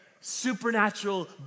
supernatural